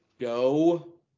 go